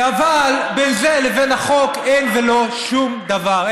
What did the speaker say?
אבל בין זה לבין החוק אין ולא שום דבר,